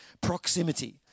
proximity